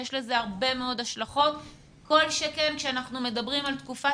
יש לזה הרבה מאוד השלכות כל שכן כאשר אנחנו מדברים על תקופת